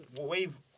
wave